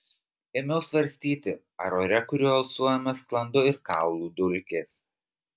ėmiau svarstyti ar ore kuriuo alsuojame sklando ir kaulų dulkės